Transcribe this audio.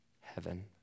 heaven